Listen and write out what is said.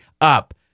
up